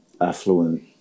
affluent